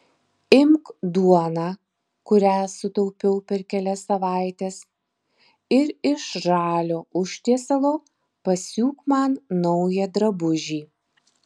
imk duoną kurią sutaupiau per kelias savaites ir iš žalio užtiesalo pasiūk man naują drabužį